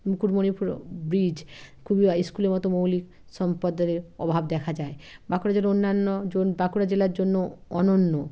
মুকুটমণিপুরও bridge খুবই স্কুলের মতো মৌলিক সম্পাদনের অভাব দেখা যায় বাঁকুড়া জেলায় অন্যান্য জন বাঁকুড়া জেলার জন্য অনন্য